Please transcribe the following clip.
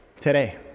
today